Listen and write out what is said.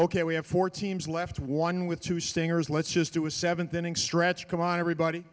ok we have four teams left one with two stingers let's just do a seventh inning stretch come on everybody